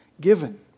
given